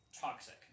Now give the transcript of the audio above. toxic